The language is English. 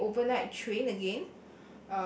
the overnight train again